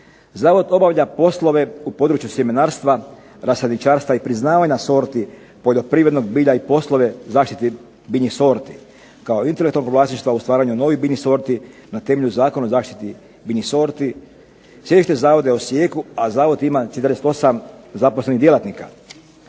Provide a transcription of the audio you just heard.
Zavod obavlja poslove u području sjemenarstva, rasadničarstva i priznavanja sorti poljoprivrednog bilja i poslove zaštite biljnih sorti kao intelektualnog vlasništva u stvaranju novih biljnih sorti na temelju Zakona o zaštiti biljnih sorti. Sjedište Zavoda je u Osijeku, a Zavod ima 48 zaposlenih djelatnika.